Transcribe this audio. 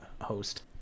host